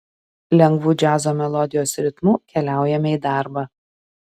lengvu džiazo melodijos ritmu keliaujame į darbą